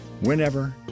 whenever